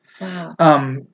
Wow